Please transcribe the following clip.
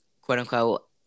Quote-unquote